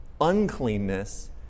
uncleanness